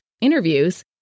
interviews